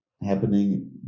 Happening